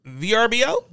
VRBO